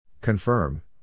Confirm